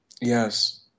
yes